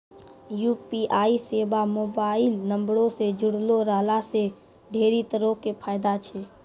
UPI सेबा mobile नंबरो से जुड़लो रहला से ढेरी तरहो के फायदा छै